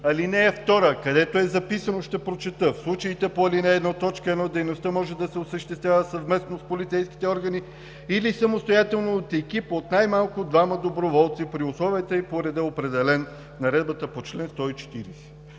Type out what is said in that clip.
ал. 2, където е записано, ще прочета: в случаите по ал. 1, т. 1 дейността може да се осъществява съвместно с полицейските органи или самостоятелно от екип от най-малко двама доброволци при условията и по реда, определен в Наредбата по чл. 140.